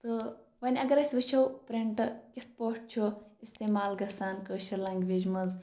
تہٕ وۄنۍ اَگَر أسۍ وٕچھَو پرنٹہٕ کِتھ پٲٹھۍ چھُ اِستعمال گَژھان کٲشِر لینٛگویج مَنٛز